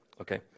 Okay